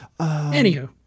Anywho